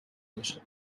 باشد